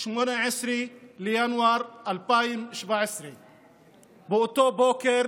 18 בינואר 2017. באותו בוקר